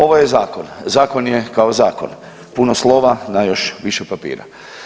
Ovo je zakon, zakon je kao zakon, puno slova na još više papira.